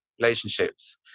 relationships